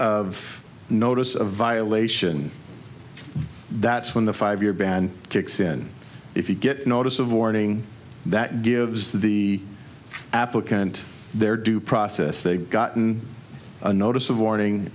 of notice of a violation that's when the five year ban kicks in if you get notice of warning that gives the applicant their due process they've gotten a notice of warning